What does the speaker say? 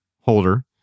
holder